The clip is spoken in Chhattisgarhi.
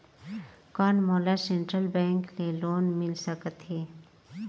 कौन मोला सेंट्रल बैंक ले लोन मिल सकथे?